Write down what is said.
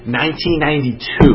1992